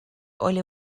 oli